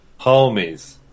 Homies